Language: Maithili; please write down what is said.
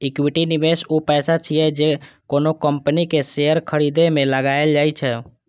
इक्विटी निवेश ऊ पैसा छियै, जे कोनो कंपनी के शेयर खरीदे मे लगाएल जाइ छै